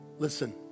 Listen